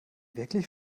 wirklich